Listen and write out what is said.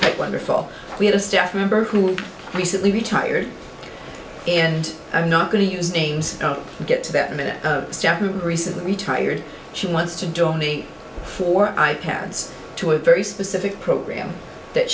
quite wonderful we had a staff member who recently retired and i'm not going to use names to get to that minute who recently retired she wants to join me for i pads to a very specific program that